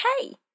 Hey